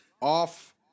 off